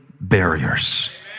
barriers